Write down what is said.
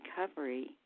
recovery